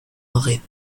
auraient